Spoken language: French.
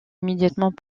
immédiatement